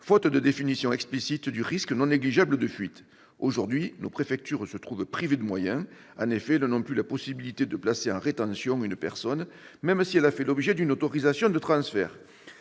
faute de définition explicite du risque non négligeable de fuite. Aujourd'hui, nos préfectures se trouvent privées de moyens. En effet, elles n'ont plus la possibilité de placer en rétention une personne, même si elle a fait l'objet d'une autorisation de transfert.